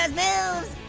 ah moves.